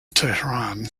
tehran